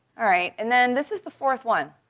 all right. and then this is the fourth one.